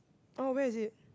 oh where is it